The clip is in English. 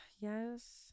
Yes